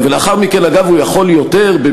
לאחר מכן, אגב, הוא יכול יותר, מבחן הכנסה.